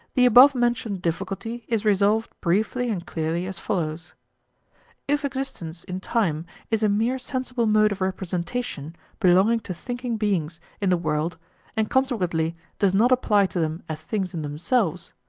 the above-mentioned difficulty is resolved briefly and clearly as follows if existence in time is a mere sensible mode of representation belonging to thinking beings in the world and consequently does not apply to them as things in themselves,